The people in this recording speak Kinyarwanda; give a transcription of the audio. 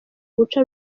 guca